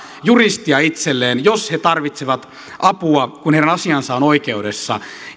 juristia itselleen jos he tarvitsevat apua kun heidän asiansa on oikeudessa